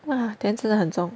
!wah! then 真的很重